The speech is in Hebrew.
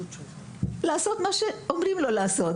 לעשות את מה שאומרים לו לעשות.